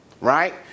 right